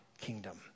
kingdom